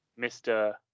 Mr